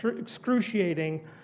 excruciating